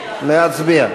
להצביע.